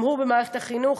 גם הוא במערכת החינוך,